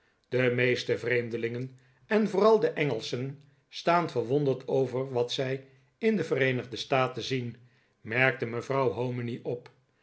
de meeste vreemdelingen en vooral de engelschen staan verwonderd over wat zij in de vereenigde staten zien merkte mevrouw hominy op